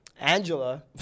Angela